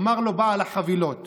אמר לו בעל החבילות